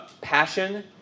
passion